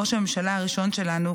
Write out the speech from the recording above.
ראש הממשלה הראשון שלנו,